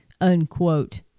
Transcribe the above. Unquote